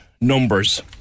numbers